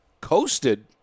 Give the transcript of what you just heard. coasted